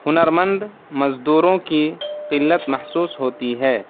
ہنرمند مزدوروں کی قلت محسوس ہوتی ہے